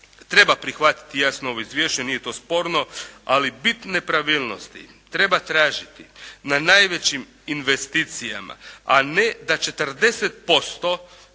Treba prihvatiti jasno ovo izvješće. Nije to sporno. Ali bit nepravilnosti treba tražiti na najvećim investicijama, a ne da 40%